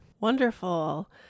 Wonderful